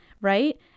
Right